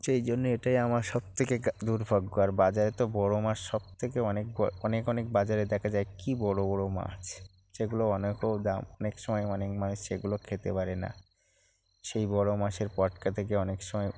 সেই জন্য এটাই আমার সবথেকে দুর্ভাগ্য আর বাজারে তো বড় মাছ সবথেকে অনেক অনেক অনেক বাজারে দেখা যায় কী বড় বড় মাছ যেগুলো অনেকও দাম অনেক সময় অনেক মানুষ সেগুলো খেতে পারে না সেই বড় মাছের পটকা থেকে অনেক সময়